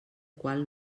qual